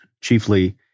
chiefly